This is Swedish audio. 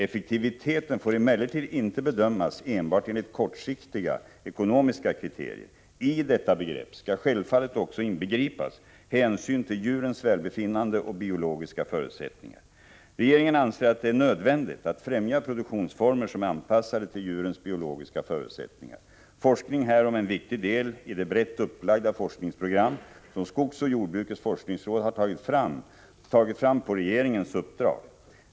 Effektiviteten får emellertid inte bedömas enbart enligt kortsiktiga ekonomiska kriterier. I detta begrepp skall självfallet också inbegripas hänsyn till djurens välbefinnande och biologiska förutsättningar. Regeringen anser att det är nödvändigt att främja produktionsformer som är anpassade till djurens biologiska förutsättningar. Forskning härom är en viktig deli det brett upplagda forskningsprogram som skogsoch jordbrukets forskningsråd har tagit fram på regeringens uppdrag.